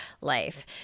life